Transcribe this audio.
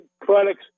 products